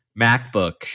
MacBook